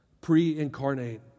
pre-incarnate